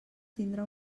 tindre